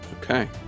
Okay